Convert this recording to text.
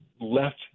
left